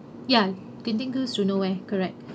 ya genting cruise to nowhere correct